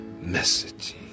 message